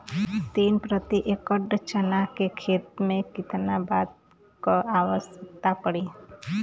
तीन प्रति एकड़ चना के खेत मे कितना खाद क आवश्यकता पड़ी?